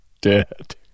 dead